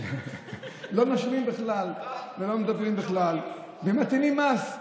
לא נושמים בכלל ולא מדברים בכלל ומטילים מס,